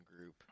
group